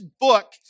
book